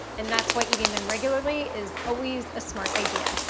and that's why eating them regularly is always a smart idea.